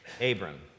Abram